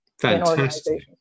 fantastic